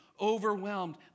overwhelmed